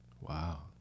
Wow